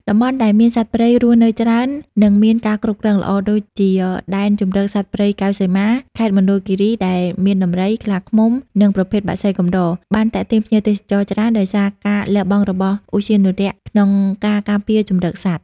តំបន់ដែលមានសត្វព្រៃរស់នៅច្រើន និងមានការគ្រប់គ្រងល្អ ដូចជា ដែនជម្រកសត្វព្រៃកែវសីមា ខេត្តមណ្ឌលគិរី ដែលមានដំរី ខ្លាឃ្មុំ និងប្រភេទបក្សីកម្រ បានទាក់ទាញភ្ញៀវទេសចរច្រើន ដោយសារការលះបង់របស់ឧទ្យានុរក្សក្នុងការការពារជម្រកសត្វ។